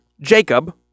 Jacob